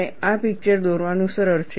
અને આ પીકચર દોરવાનું સરળ છે